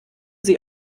sie